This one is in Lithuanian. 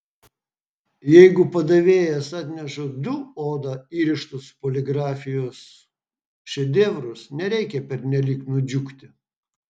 jeigu padavėjas atneša du oda įrištus poligrafijos šedevrus nereikia pernelyg nudžiugti